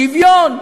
שוויון.